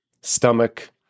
stomach